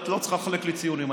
את לא צריכה לחלק לי ציונים,